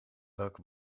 welke